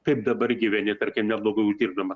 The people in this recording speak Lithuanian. kaip dabar gyveni tarkim neblogai uždirbdama